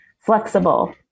flexible